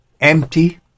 empty